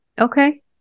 Okay